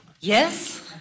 Yes